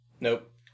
nope